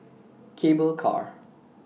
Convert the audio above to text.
Cable Car